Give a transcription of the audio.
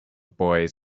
boys